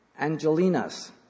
angelinas